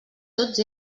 tots